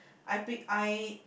I pick I